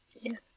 Yes